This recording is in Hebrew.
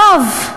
הרוב,